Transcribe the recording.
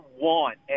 want